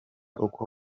uko